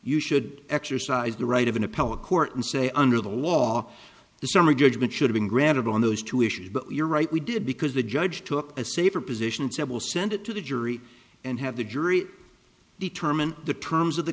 you should exercise the right of an appellate court and say under the law the summary judgment should have been granted on those two issues but you're right we did because the judge took a safer position and said we'll send it to the jury and have the jury determine the terms of the